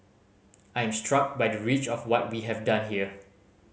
I am struck by the reach of what we have done here